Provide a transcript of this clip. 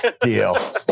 deal